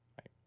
Right